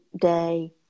day